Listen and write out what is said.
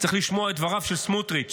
צריך לשמוע את דבריו של סמוטריץ',